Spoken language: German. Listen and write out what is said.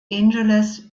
angeles